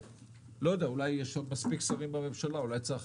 לא יודע, יש מספיק שרים בממשלה, אולי צריך